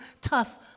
tough